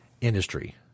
industry